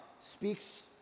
speaks